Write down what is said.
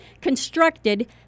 constructed